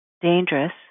dangerous